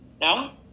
no